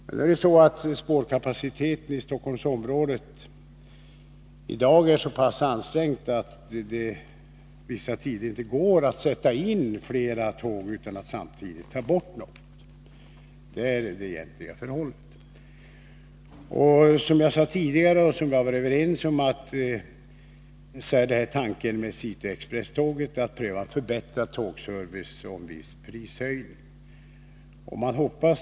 Men nu är det så att spårkapaciteten i Stockholmsområdet i dag är så pass ansträngd att det vissa tider inte går att sätta in fler tåg utan att samtidigt ta bort några. Detta är det egentliga förhållandet. Som jag sade tidigare är vi överens om att tanken med cityexpresståget är att pröva förbättrad tågservice med en viss prishöjning.